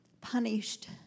punished